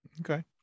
Okay